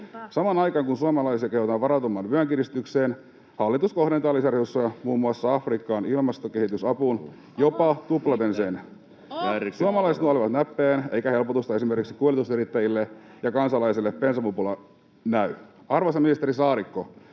Samaan aikaan, kun suomalaisia kehotetaan varautumaan vyön kiristykseen, hallitus kohdentaa lisäresursseja muun muassa Afrikkaan, ilmastokehitysapuun — jopa tuplaten sen. Suomalaiset nuolevat näppejään, eikä helpotusta esimerkiksi kuljetusyrittäjille ja kansalaisille bensapumpulla näy. Arvoisa ministeri Saarikko,